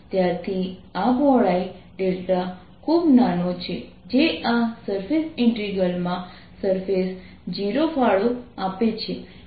ત્યારથી આ પહોળાઈ ખૂબ નાનો છે જે આ સરફેસ ઇન્ટિગ્રલ માં સરફેસ 0 ફાળો આપે છે